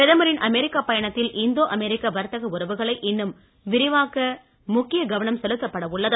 பிரதமரின் அமெரிக்கா பயணத்தில் இந்தோ அமெரிக்க வர்த்தக உறவுகளை இன்னும் விரிவாக்க முக்கிய கவனம் செலுத்தப்பட உள்ளது